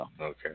Okay